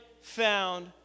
found